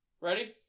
ready